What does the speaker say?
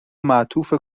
معطوف